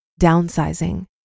Downsizing